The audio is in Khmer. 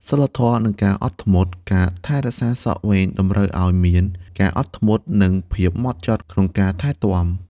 សីលធម៌ និងការអត់ធ្មត់ ការថែរក្សាសក់វែងតម្រូវឱ្យមាន ការអត់ធ្មត់ និងភាពម៉ត់ចត់ ក្នុងការថែទាំ។